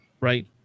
Right